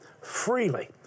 freely